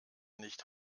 nicht